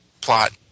plot